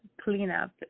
cleanup